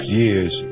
years